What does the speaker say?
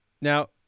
now